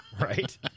right